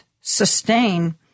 sustain